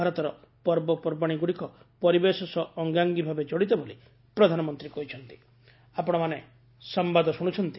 ଭାରତର ପର୍ବପର୍ବାଣୀଗୁଡ଼ିକ ପରିବେଶ ସହ ଅଙ୍ଗାଙ୍ଗୀ ଭାବେ ଜଡ଼ିତ ବୋଲି ପ୍ରଧାନମନ୍ତ୍ରୀ କହିଚ୍ଚନ୍ତି